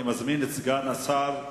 אני מזמין את סגן שר הבריאות,